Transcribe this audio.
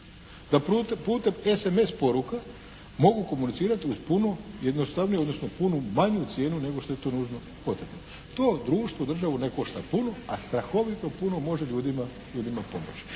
da putem SMS poruka mogu komunicirati uz puno jednostavniji, odnosno puno manju cijenu nego što je to nužno potrebno. To društvo, državu ne košta puno, a strahovito puno može ljudima pomoći.